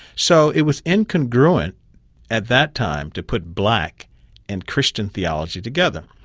so it was incongruent at that time to put black and christian theology together.